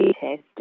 test